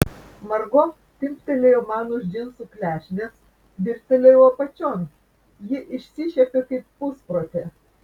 margo timptelėjo man už džinsų klešnės dirstelėjau apačion ji išsišiepė kaip pusprotė